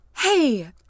Hey